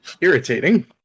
irritating